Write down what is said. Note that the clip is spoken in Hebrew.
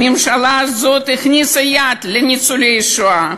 הממשלה הזאת הכניסה יד, לניצולי השואה.